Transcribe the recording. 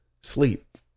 sleep